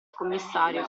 commissario